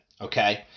okay